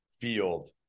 field